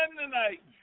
tonight